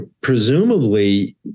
presumably